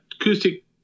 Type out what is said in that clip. acoustic